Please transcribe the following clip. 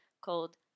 called